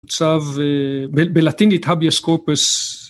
עוצב בלטינית הביסקופס.